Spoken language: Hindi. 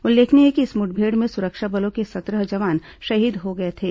उल्लेखनीय है कि इस मुठभेड़ में सुरक्षा बलों के सत्रह जवान शहीद हो गए थे